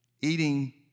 eating